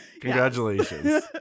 Congratulations